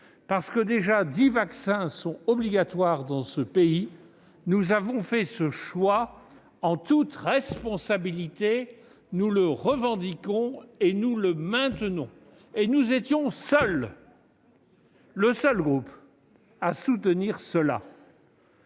parce que onze vaccins sont déjà obligatoires dans notre pays, nous avons fait ce choix, en toute responsabilité. Nous le revendiquons et nous le maintenons. Nous étions le seul groupe à soutenir une